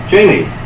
Jamie